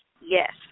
Yes